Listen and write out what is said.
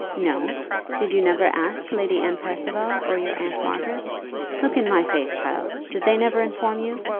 no did you never ask lady anne percival, or your aunt margaret look in my face, child! did they never inform you?